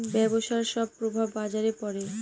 ব্যবসার সব প্রভাব বাজারে পড়ে